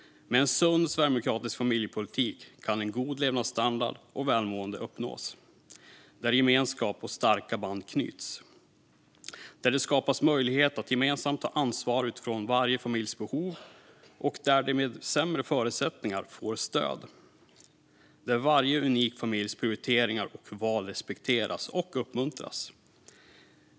Med en sund sverigedemokratisk familjepolitik kan en god levnadsstandard och välmående uppnås. Där kan gemenskap och starka band knytas. Där skapas möjligheter att gemensamt ta ansvar utifrån varje familjs behov. Där får de med sämre förutsättningar stöd. Där respekteras och uppmuntras varje unik familjs prioriteringar och val.